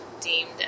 deemed